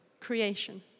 creation